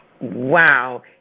Wow